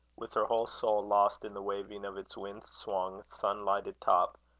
with her whole soul lost in the waving of its wind-swung, sun-lighted top,